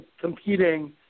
competing